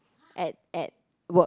at at work